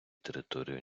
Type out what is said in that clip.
території